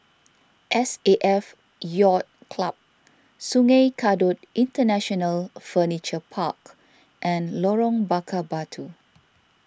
S A F Yacht Club Sungei Kadut International Furniture Park and Lorong Bakar Batu